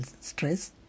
stress